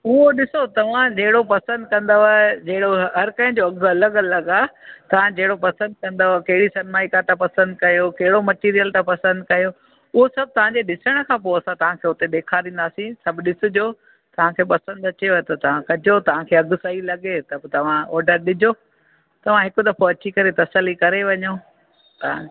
उहो ॾिसो तव्हां जहिड़ो पसंदि कंदव जहिड़ो हर कंहिं जो अघु अलॻि अलॻि आहे तव्हां जहिड़ो पसंदि कंदव कहिड़ी सनमाइका था पसंदि कयो कहिड़ो मटीरियल तव्हां पसंदि कयो उहो सभु तव्हांजे ॾिसण खां पोइ असां तव्हांखे हुते ॾेखारींदासीं सभु ॾिस जो तव्हांखे पसंदि अचेव त तव्हां कजो तव्हांखे अघु सई लॻे त पोइ तव्हां ऑडर ॾिजो तव्हां हिक दफ़ो अची करे तसली करे वञो पाणि